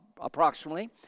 approximately